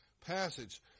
passage